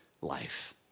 life